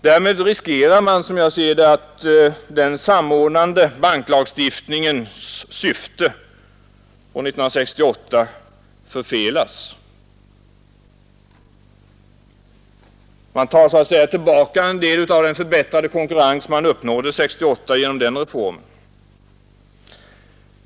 Därmed riskerar man att syftet med den samordnande banklagstiftningen från år 1968 förfelas. Man tar så att säga tillbaka en del av den förbättrade konkurrens man uppnådde år 1968 genom den reform som då genomfördes.